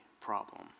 problem